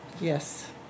Yes